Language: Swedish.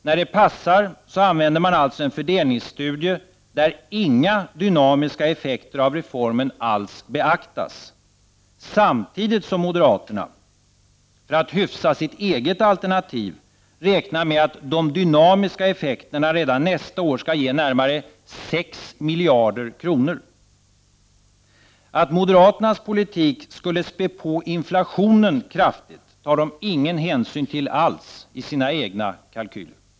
När det passar använder de alltså en fördelningsstudie där inga dynamiska effekter av reformen alls beaktas — samtidigt som de, för att hyfsa sitt eget alternativ, räknar med att de dynamiska effekterna redan nästa år skall ge närmare 6 miljarder kronor. Att moderaternas politik skulle späda på inflationen kraftigt tar de ingen hänsyn till i sina egna kalkyler.